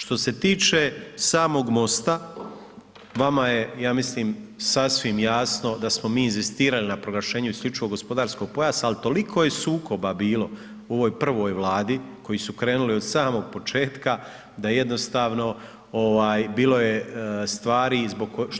Što se tiče samog MOST-a, vama je, ja mislim, sasvim jasno da smo mi inzistirali na proglašenju IGP-a, ali toliko je sukoba bilo u ovoj prvoj Vladi koji su krenuli od samog početka, da jednostavno, bilo je stvari